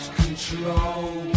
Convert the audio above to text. control